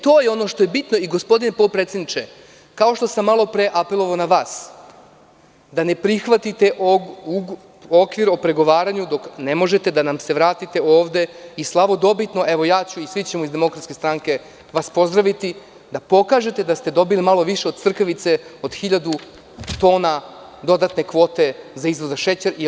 To je ono što je bitno i gospodine potpredsedniče, kao što sam malopre apelovao na vas da ne prihvatite okvir o pregovaranju, ne možete da nam se vratite ovde i slavodobitno, lično ću i svi iz DS će vas pozdraviti, da pokažete da ste dobili malo više od crkavice od hiljadu tona dodatne kvote za izvoz šećera.